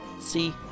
see